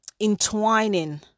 entwining